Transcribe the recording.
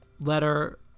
letter